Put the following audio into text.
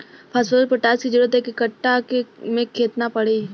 Phosphorus potash के जरूरत एक कट्ठा खेत मे केतना पड़ी?